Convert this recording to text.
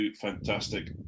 fantastic